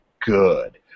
good